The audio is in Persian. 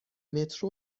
مترو